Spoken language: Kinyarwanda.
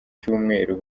cyumweru